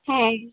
হ্যাঁ